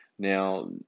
Now